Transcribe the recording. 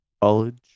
college